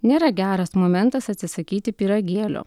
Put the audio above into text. nėra geras momentas atsisakyti pyragėlio